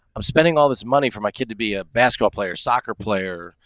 i'm spending all this money for my kid to be a basketball player. soccer player,